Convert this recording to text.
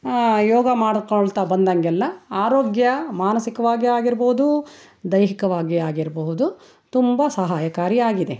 ಯೋಗ ಮಾಡ್ಕೊಳ್ತಾ ಬಂದ ಹಾಗೆಲ್ಲ ಆರೋಗ್ಯ ಮಾನಸಿಕವಾಗೇ ಆಗಿರ್ಬೋದು ದೈಹಿಕವಾಗಿಯೇ ಆಗಿರಬಹುದು ತುಂಬ ಸಹಾಯಕಾರಿಯಾಗಿದೆ